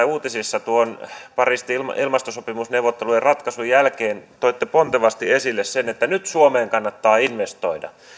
uutisissa pariisin ilmastosopimusneuvottelujen ratkaisun jälkeen toitte pontevasti esille sen että nyt suomeen kannattaa investoida